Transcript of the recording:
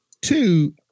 Two